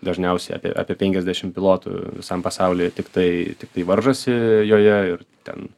dažniausiai apie apie penkiasdešim pilotų visam pasauly tiktai tiktai varžosi joje ir ten